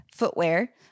Footwear